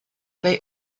they